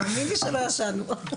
תאמין לי שלא ישנו.